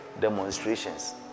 demonstrations